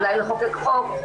אולי לחוקק חוק,